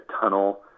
tunnel